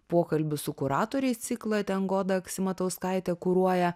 pokalbių su kuratoriais ciklą ten goda aksamitauskaitė kuruoja